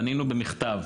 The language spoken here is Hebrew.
פנינו במכתב,